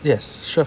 yes sure